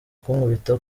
kunkubita